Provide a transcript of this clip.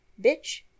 Bitch